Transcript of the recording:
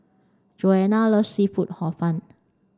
Joanne loves seafood Hor Fun